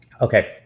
okay